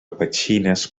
petxines